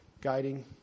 guiding